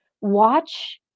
watch